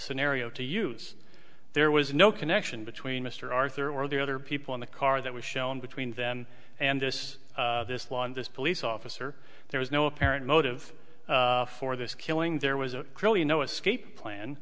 scenario to use there was no connection between mr arthur or the other people in the car that was shown between them and this this lawn this police officer there was no apparent motive for this killing there was a really no escape plan